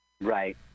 Right